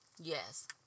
yes